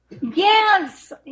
Yes